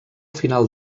final